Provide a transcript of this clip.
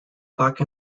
park